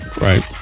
right